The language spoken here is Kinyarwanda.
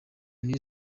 new